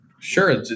Sure